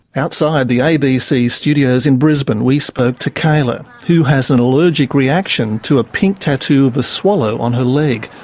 outside the abc studios in brisbane we spoke to kayla, who has an allergic reaction to a pink tattoo of a swallow on her leg.